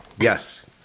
Yes